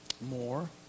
More